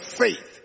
faith